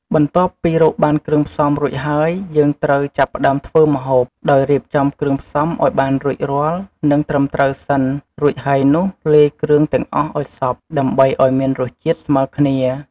បន្ទាប់ពីរកបានគ្រឿងផ្សំរួចហើយ យើងត្រូវចាប់ផ្ដើមធ្វើម្ហូប ដោយរៀបចំគ្រឿងផ្សំឱ្យបានរួចរាល់ និងត្រឹមត្រូវសិន រួចហើយនោះលាយគ្រឿងទាំងអស់ឱ្យសព្វ ដើម្បីឱ្យមានរសជាតិស្មើគ្នា។